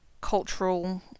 cultural